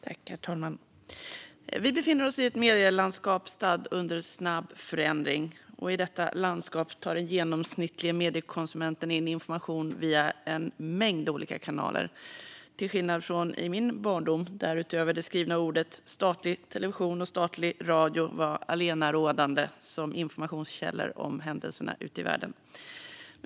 Herr talman! Vi befinner oss i ett medielandskap statt i snabb förändring. I detta landskap tar den genomsnittlige mediekonsumenten in information via en mängd olika kanaler, till skillnad från i min barndom, då utöver det skrivna ordet statlig television och statlig radio var allenarådande som informationskällor om händelserna ute i världen.